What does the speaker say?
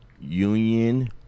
Union